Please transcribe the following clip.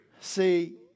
See